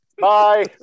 Bye